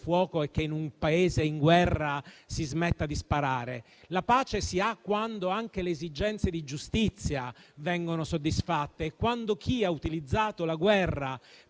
fuoco e che in un Paese in guerra si smetta di sparare. La pace si ha quando anche le esigenze di giustizia vengono soddisfatte e quando chi ha utilizzato la guerra per